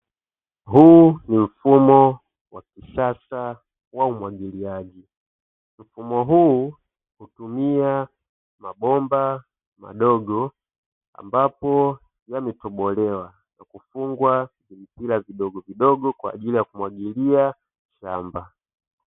Huu ni mfumo wa kisasa wa umwagiliaji. Mfumo huu hutumia mabomba madogo ambayo yameyobolewa na kufungwa vimpira vidogovidogo kwajili ya kumwagilia shamba.